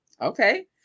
Okay